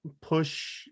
push